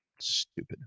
stupid